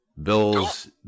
Bills